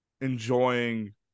enjoying